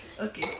Okay